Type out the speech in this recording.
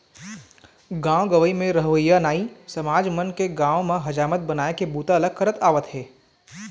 गाँव गंवई म रहवइया नाई समाज मन के गाँव म हजामत बनाए के बूता ल करत आवत हे